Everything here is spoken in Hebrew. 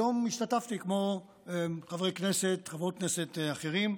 היום השתתפתי, כמו חברי כנסת וחברות כנסת אחרים,